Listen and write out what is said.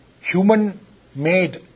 human-made